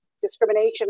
Discrimination